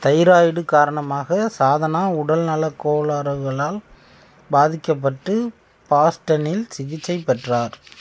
thyroid காரணமாக சாதனா உடல்நலக் கோளாறுகளால் பாதிக்கப்பட்டு பாஸ்டனில் சிகிச்சை பெற்றார்